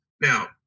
Now